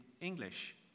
English